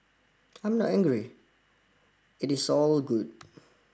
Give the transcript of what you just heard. I'm not angry it is all good